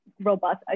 robust